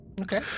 Okay